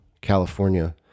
California